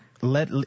let